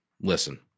Listen